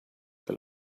the